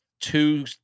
two